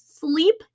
Sleep